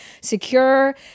secure